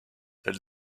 elle